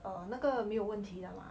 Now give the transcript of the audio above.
err 那个没有问题的 [what]